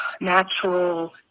natural